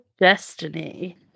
Destiny